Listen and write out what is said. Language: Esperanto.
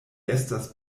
estas